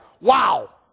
wow